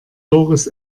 doris